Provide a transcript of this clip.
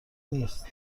نیست